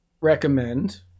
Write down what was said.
recommend